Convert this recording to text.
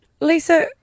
Lisa